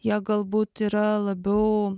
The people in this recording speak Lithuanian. jie galbūt yra labiau